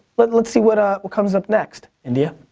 let's let's see what ah what comes up next. india.